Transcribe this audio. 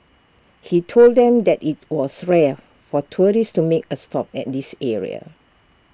he told them that IT was rare for tourists to make A stop at this area